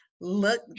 look